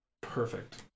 Perfect